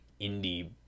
indie